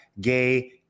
gay